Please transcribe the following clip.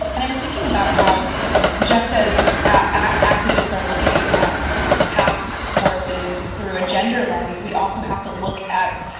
and i was thinking about how just as activists are looking at task forces through a gender lens, we also have to look at